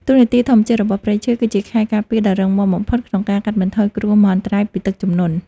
តួនាទីធម្មជាតិរបស់ព្រៃឈើ គឺជាខែលការពារដ៏រឹងមាំបំផុតក្នុងការកាត់បន្ថយគ្រោះមហន្តរាយពីទឹកជំនន់។